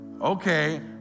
Okay